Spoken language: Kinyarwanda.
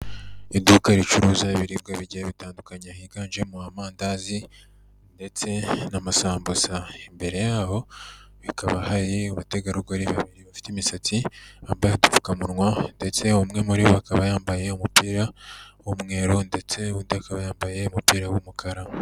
Iduka ricuruza ibiribwa bigiye bitandukanye, higanjemo amandazi ndetse n'amasambusa, imbere yaho hakaba hari abategarugori babiri bafite imisatsi bambaye agapfukamunwa ndetse umwe muri bo akaba yambaye umupira w'umweru ndetse unudi yambaye umupira w'umukara.